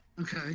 Okay